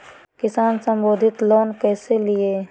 किसान संबंधित लोन कैसै लिये?